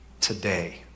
today